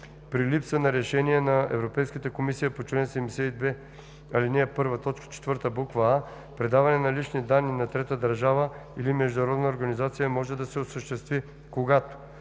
При липса на решение на Европейската комисия по чл. 72, ал. 1, т. 4, буква „а“ предаване на лични данни на трета държава или международна организация може да се осъществи, когато: